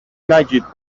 نگید